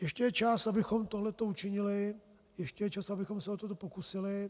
Ještě je čas, abychom tohleto učinili, ještě je čas, abychom se o to pokusili.